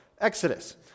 Exodus